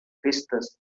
festes